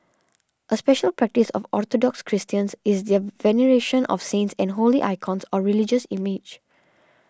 a special practice of Orthodox Christians is their veneration of saints and holy icons or religious images